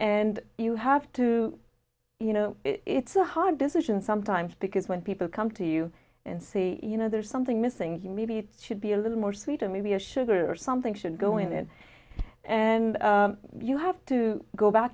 and you have to you know it's a hard decision sometimes because when people come to you and say you know there's something missing here maybe you should be a little more sweet and maybe a sugar or something should go in it and you have to go back